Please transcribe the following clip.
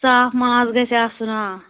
صاف ماز گژھِ آسُن آ